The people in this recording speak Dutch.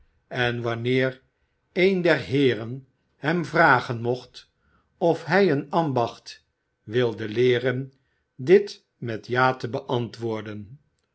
en wanneer een der heeren hem vragen mocht of hij een ambacht wilde leeren dit met ja te beantwoorden